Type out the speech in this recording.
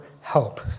help